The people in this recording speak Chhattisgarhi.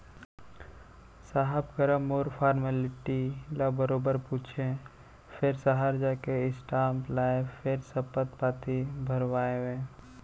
साहब करा मोर फारमेल्टी ल बरोबर पूछें फेर सहर जाके स्टांप लाएँ फेर सपथ पाती भरवाएंव